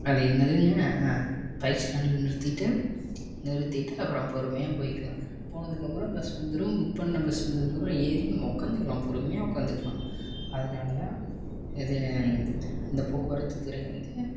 அதில் என்னதுங்க பைக் ஸ்டாண்டில் நிறுத்திவிட்டு நிறுத்திவிட்டு அப்புறம் பொறுமையாக போயிக்கலாம் போனதுக்கப்புறம் பஸ் வந்துடும் புக் பண்ணிண பஸ் வந்ததுக்கப்புறம் ஏறி நம்ம உக்காந்துக்குலாம் பொறுமையாக உக்காந்துக்குலாம் அதனால தான் இது இந்த போக்குவரத்துத்துறை வந்து